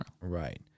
Right